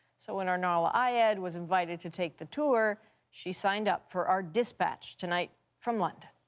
so when our nahlah ayed was invited to take the tour she signed up for our dispatch tonight from london.